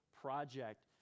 Project